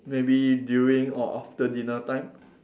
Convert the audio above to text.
maybe during or after dinner time